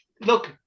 Look